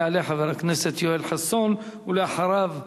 יעלה חבר הכנסת יואל חסון, ואחריו,